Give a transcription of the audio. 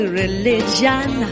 religion